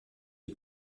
est